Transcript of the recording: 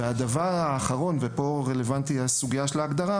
הדבר האחרון ופה רלוונטית הסוגייה של ההגדרה